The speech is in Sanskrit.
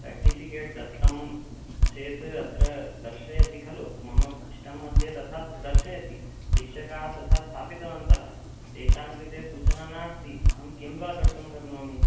सर्टिफ़िकेट् दत्तं चेत् अत्र दर्शयति खलु मम सिस्टं मध्ये तथा दर्शयति शिक्षकाः तथा स्थापितवन्तः तेषां कृते सूचना नास्ति अहं किं वा कर्तुं शक्नोमि